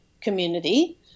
community